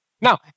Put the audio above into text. Now